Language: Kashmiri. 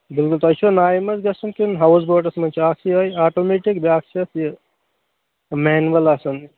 بِلکُل تۄہہِ چھُوا ناوِ منٛز گژھُن کِنہٕ ہاؤس بوٹس منٛز چھُ اکھ یِہےَ آٹوٗمیٚٹِک بیٛاکھ چھُ حظ یہِ مینوَل آسان